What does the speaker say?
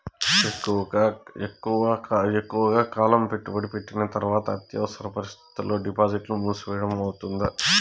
ఎక్కువగా కాలం పెట్టుబడి పెట్టిన తర్వాత అత్యవసర పరిస్థితుల్లో డిపాజిట్లు మూసివేయడం అవుతుందా?